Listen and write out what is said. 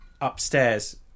upstairs